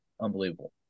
unbelievable